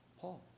Paul